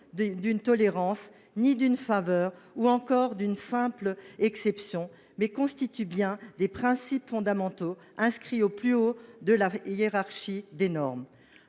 d’une tolérance, ni d’une faveur, ni même encore d’une simple exception, mais constituent bien des principes fondamentaux inscrits au plus haut de la hiérarchie des normes.